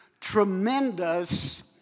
tremendous